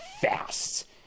Fast